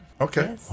Okay